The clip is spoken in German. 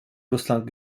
russland